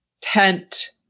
tent